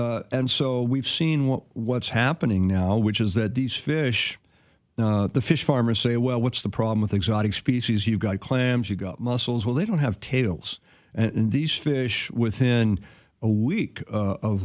and and so we've seen what what's happening now which is that these fish the fish farmers say well what's the problem with exotic species you've got clams you've got mussels well they don't have tails and these fish within a week